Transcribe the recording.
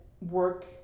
work